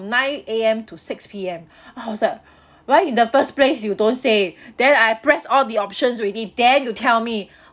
nine A_M to six P_M I was like why in the first place you don't say then I press all the options already then you tell me